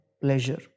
pleasure